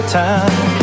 time